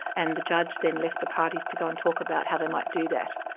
and the judge then left the parties to go and talk about how they might do that.